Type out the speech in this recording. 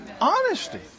Honesty